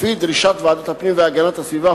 לפי דרישת ועדת הפנים והגנת הסביבה,